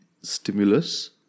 stimulus